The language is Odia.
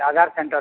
ଆଧାର୍ ସେଣ୍ଟର୍ ନ